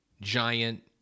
giant